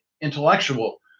intellectual